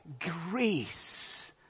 grace